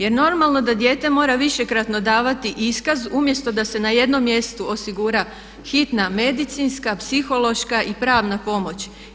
Jer normalno da dijete mora višekratno davati iskaz umjesto da se na jednom mjestu osigura hitne medicinska, psihološka i pravna pomoć?